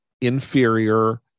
inferior